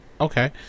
okay